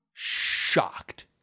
shocked